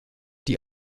die